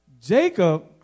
Jacob